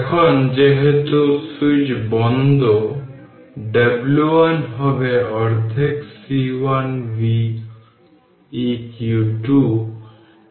যখন সুইচ বন্ধ থাকে তখন এই C1 এবং C২ প্যারালাল এ থাকে এবং উভয়ই সমান এর মানে এটি হবে C1 C2 অর্থাৎ এটি 2 মাইক্রোফ্যারাড হয়ে যাবে কারণ সুইচ বন্ধ হলে উভয়ই প্যারালাল এ থাকে